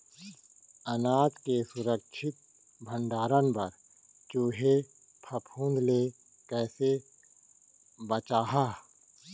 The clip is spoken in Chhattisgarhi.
अनाज के सुरक्षित भण्डारण बर चूहे, फफूंद ले कैसे बचाहा?